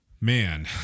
Man